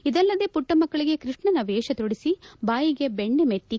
ಇದಲ್ಲದೆ ಮಟ್ಟ ಮಕ್ಕಳಿಗೆ ಕೃಷ್ಣನ ವೇಷ ತೊಡಿಸಿ ಬಬಾಯಿಗೆ ಬೆಣ್ಣೆ ಮೆತ್ತಿ